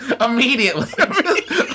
Immediately